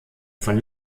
von